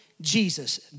Jesus